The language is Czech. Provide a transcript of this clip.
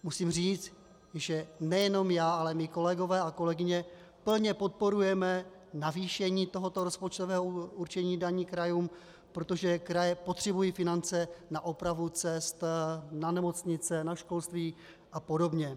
Musím říct, že nejenom já, ale i moji kolegové a kolegyně plně podporujeme navýšení tohoto rozpočtového určení daní krajům, protože kraje potřebují finance na opravu cest, na nemocnice, na školství a podobně.